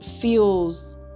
feels